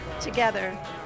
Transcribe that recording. together